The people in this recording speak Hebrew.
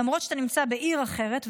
למרות שאתה נמצא בעיר אחרת,